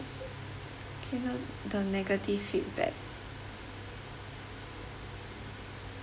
K now the negative feedback